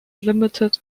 limited